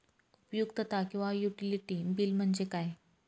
उपयुक्तता किंवा utility bill म्हणजे काय?